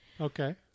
Okay